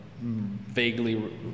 vaguely